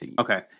Okay